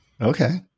Okay